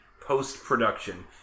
post-production